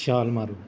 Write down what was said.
ਛਾਲ ਮਾਰੋ